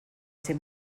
ser